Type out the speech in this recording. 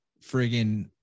friggin